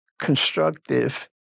constructive